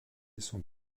sont